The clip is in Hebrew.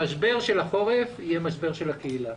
המשבר של החורף שיהיה משבר של הקהילה